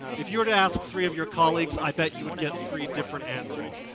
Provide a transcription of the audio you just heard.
if you were to ask three of your colleagues i bet you would get three different answers.